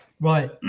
Right